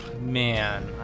man